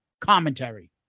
commentary